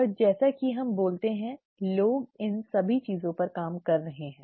और जैसा कि हम बोलते हैं लोग इन सभी चीजों पर काम कर रहे हैं